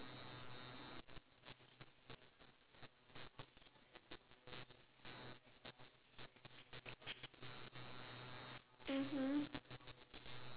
mmhmm